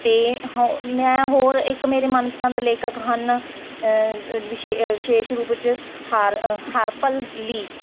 ਅਤੇ ਹੋ ਮੈਂ ਹੋਰ ਇੱਕ ਮੇਰੇ ਮਨਪਸੰਦ ਲੇਖਕ ਹਨ ਵਿਸ਼ੇ ਵਿਸ਼ੇਸ਼ ਰੂਪ 'ਚ ਹਾਰ ਹਰ ਪਲ ਲੀ